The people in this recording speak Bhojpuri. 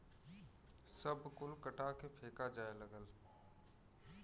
सब कुल कटा के फेका जाए लगल